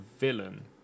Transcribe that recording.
villain